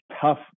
tough